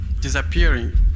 disappearing